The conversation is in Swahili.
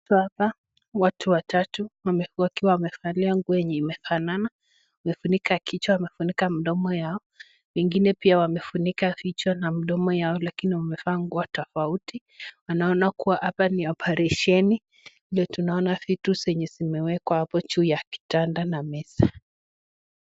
Toka hapa, watu watatu wakiwa wamevalia nguo yenye inafanana, wamefunika kichwa, wamefunika mdomo yao. Wengine pia wamefunika kichwa na mdomo yao, lakini wamevaa nguo tofauti. Tunaona kuwa hapa ni operesheni ndiyo tunaona vitu zenye zimewekwa hapo juu ya kitanda na meza.